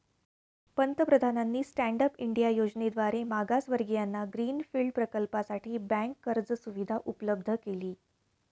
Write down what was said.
पंतप्रधानांनी stand up India योजनेद्वारे मागासवर्गीयांना ग्रीन फील्ड प्रकल्पासाठी बँक कर्ज सुविधा उपलब्ध केली